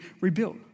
rebuilt